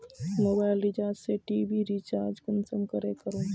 Mobile phone से TV recharge कुंसम करे करूम?